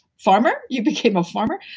farmer? you became a farmer?